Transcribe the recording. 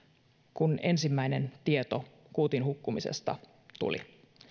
kun ensimmäinen tieto kuutin hukkumisesta tuli